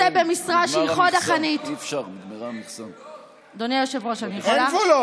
כנושא במשרה שהיא חוד החנית, אין גבולות?